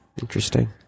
Interesting